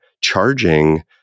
charging